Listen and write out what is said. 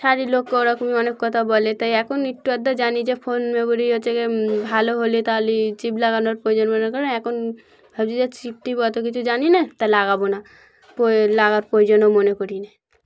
সারই লোককে ওরকমই অনেক কথা বলে তাই এখন একটু আধটা জানি যে ফোন মেমোরি হচ্ছে গ ভালো হলে তাহলেই চিপ লাগানোর প্রয়োজন মনে কারেন এখন ভাবছি যে চিপ টিপ অত কিছু জানি না তা লাগাবো না লাগার প্রয়োজনও মনে করি না